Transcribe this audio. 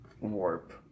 warp